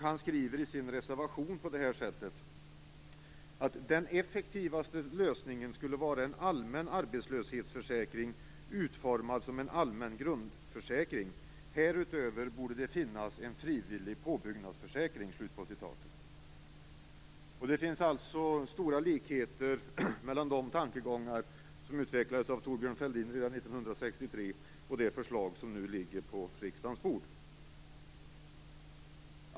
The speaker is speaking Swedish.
Han skriver i sin reservation på det här sättet: Den effektivaste lösningen skulle vara en allmän arbetslöshetsförsäkring, utformad som en allmän grundförsäkring. Härutöver borde det finnas en frivillig påbyggnadsförsäkring. Det finns alltså stora likheter mellan de tankegångar som utvecklades av Thorbjörn Fälldin redan 1963 och det förslag som nu ligger på riksdagens bord.